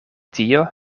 tio